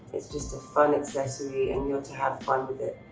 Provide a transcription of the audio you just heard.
it's just a fun accessory and you're to have fun with it.